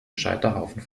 scheiterhaufen